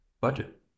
budget